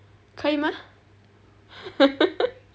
可以吗